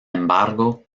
embargo